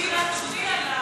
אין הסתייגות לחוק,